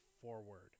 forward